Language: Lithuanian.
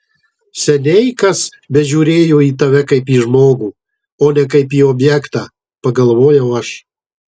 seniai kas bežiūrėjo į tave kaip į žmogų o ne kaip į objektą pagalvojau aš